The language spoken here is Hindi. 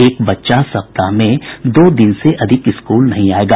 एक बच्चा सप्ताह में दो दिन से अधिक स्कूल नहीं आयेगा